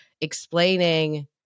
explaining